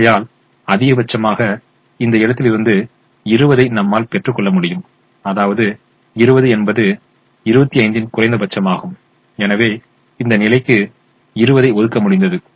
ஆகையால் அதிகபட்சமாக இந்த இடத்திலிருந்து 20 ஐ நம்மால் பெற்று கொள்ள முடியும் அதாவது 20 என்பது 25 இன் குறைந்தபட்சமாகும் எனவே இந்த நிலைக்கு 20 ஐ ஒதுக்க முடிந்தது